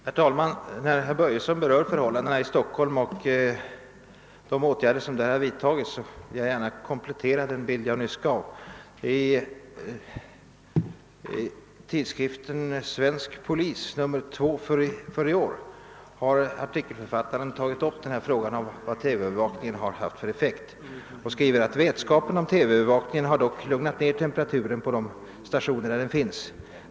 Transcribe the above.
Herr talman! Med anledning av att herr Börjesson i Falköping berör förhållandena i Stockholm och de åtgärder som där har vidtagits vill jag gärna komplettera den bild jag nyss gav. I tidskriften Svensk Polis nr 2 för i år har en artikelförfattare tagit upp frågan om vilken effekt TV-övervakningen har haft och skriver: »Vetskapen om TV-övervakningen har dock lugnat ner temperaturen på de stationer där den finns.